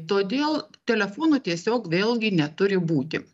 todėl telefonų tiesiog vėlgi neturi būti